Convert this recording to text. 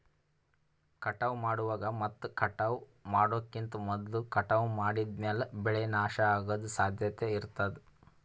ಕಟಾವ್ ಮಾಡುವಾಗ್ ಮತ್ ಕಟಾವ್ ಮಾಡೋಕಿಂತ್ ಮೊದ್ಲ ಕಟಾವ್ ಮಾಡಿದ್ಮ್ಯಾಲ್ ಬೆಳೆ ನಾಶ ಅಗದ್ ಸಾಧ್ಯತೆ ಇರತಾದ್